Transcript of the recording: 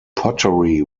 pottery